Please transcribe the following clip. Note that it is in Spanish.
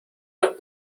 las